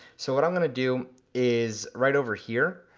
so what i'm gonna do is right over here,